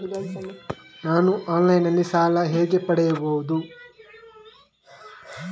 ನಾನು ಆನ್ಲೈನ್ನಲ್ಲಿ ಸಾಲ ಹೇಗೆ ಪಡೆಯುವುದು?